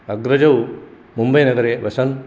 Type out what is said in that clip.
अग्रजौ मुम्बै नगरे वसन्